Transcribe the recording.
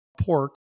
pork